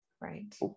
Right